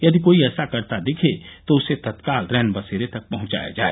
यदि कोई ऐसा करता दिखे तो उसे तत्काल रैन बसेरे तक पहुंचाया जाए